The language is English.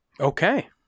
Okay